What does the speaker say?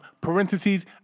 Parentheses